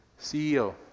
CEO